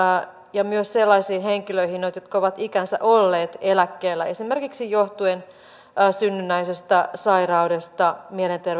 ja myös sellaisiin henkilöihin jotka ovat ikänsä olleet eläkkeellä johtuen esimerkiksi synnynnäisestä sairaudesta